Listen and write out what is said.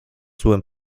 złym